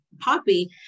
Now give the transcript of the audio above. Poppy